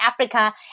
Africa